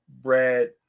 Brad